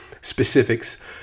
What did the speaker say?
specifics